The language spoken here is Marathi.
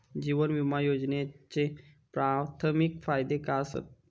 जीवन विमा योजनेचे प्राथमिक फायदे काय आसत?